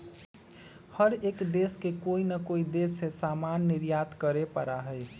हर एक देश के कोई ना कोई देश से सामान निर्यात करे पड़ा हई